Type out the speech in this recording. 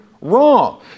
wrong